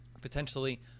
potentially